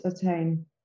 attain